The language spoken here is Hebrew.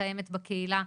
מתאמת בקהילה.